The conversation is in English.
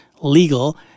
legal